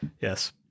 Yes